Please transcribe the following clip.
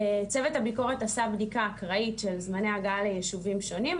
צוות הביקורת עשה בדיקה אקראית של זמני הגעה ליישובים שונים,